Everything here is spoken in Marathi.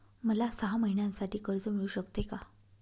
मला सहा महिन्यांसाठी कर्ज मिळू शकते का?